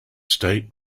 state